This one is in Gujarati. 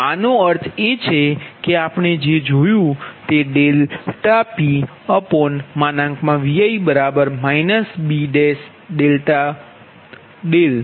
આનો અર્થ એ છે કે આપણે જે જોયું તે ∆PVi B∆δ છે